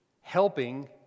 Helping